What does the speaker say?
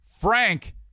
Frank